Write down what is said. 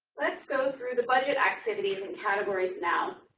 let's go through the budget activities and categories now.